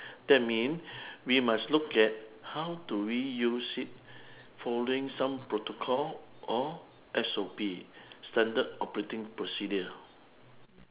that mean we must look at how do we use it following some protocol or S_O_P standard operative procedure